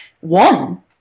one